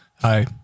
hi